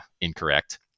incorrect